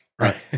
Right